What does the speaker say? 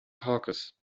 caucus